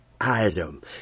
item